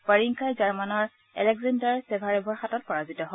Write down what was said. ৱাৰিংকাই জাৰ্মানৰ এলেকজেণ্ডাৰ জেভাৰেভৰ হাতত পৰাজিত হয়